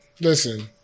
Listen